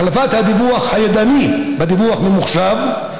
החלפת הדיווח הידני בדיווח ממוחשב,